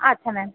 আচ্ছা ম্যাম